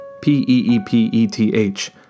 P-E-E-P-E-T-H